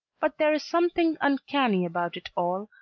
but there is something uncanny about it all,